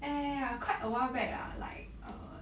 ya ya ya quite awhile back lah like err